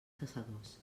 caçadors